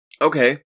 Okay